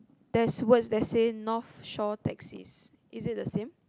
there's word that says North Shore taxis is it the same